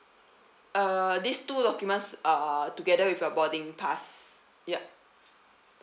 uh this two documents uh together with your boarding pass yup